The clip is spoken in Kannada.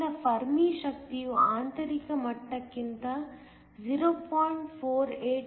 ಆದ್ದರಿಂದ ಫರ್ಮಿ ಶಕ್ತಿಯು ಆಂತರಿಕ ಮಟ್ಟಕ್ಕಿಂತ 0